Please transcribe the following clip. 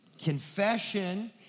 Confession